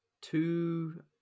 two